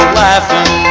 laughing